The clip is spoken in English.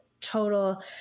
total